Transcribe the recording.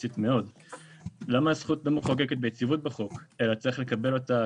ילד שמקבל גמלת ילד